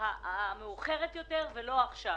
מאוחרת יותר ולא עכשיו.